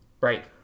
Right